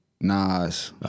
Nas